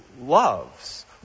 loves